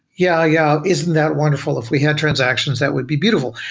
yeah yeah isn't that wonderful if we had transactions that would be beautiful,